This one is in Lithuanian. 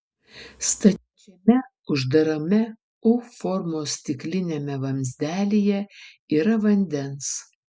stačiame uždarame u formos stikliniame vamzdelyje yra vandens